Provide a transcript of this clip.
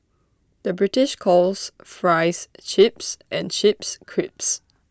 the British calls Fries Chips and Chips Crisps